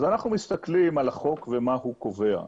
אז אנחנו מסתכלים על החוק ומה הוא קובע,